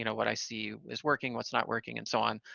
you know what i see is working, what's not working, and so on,